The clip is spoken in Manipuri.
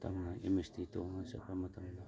ꯇꯝꯅ ꯑꯦꯝ ꯑꯦꯁ ꯇꯤ ꯇꯣꯡꯉ ꯆꯠꯄ ꯃꯇꯝꯗ